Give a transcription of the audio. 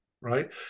Right